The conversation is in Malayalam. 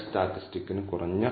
35 അത് കോൺഫിഡൻസ് ഇന്റർവെൽ 3